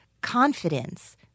confidence